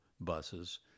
buses